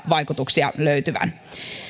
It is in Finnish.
vaikutuksia löytyvän